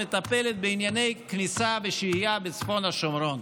מטפלת בענייני כניסה ושהייה בצפון השומרון.